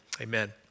Amen